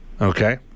Okay